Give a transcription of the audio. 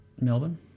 Melbourne